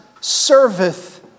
serveth